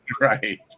Right